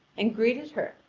and greeted her,